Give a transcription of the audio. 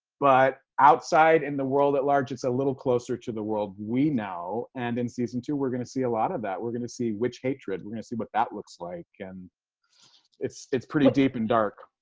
but outside in the world at large, it's a little closer to the world we know. and in season two, we're going to see a lot of that. we're going to see witch hatred. we're going to see what that looks like. and it's it's pretty deep and dark.